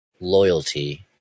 loyalty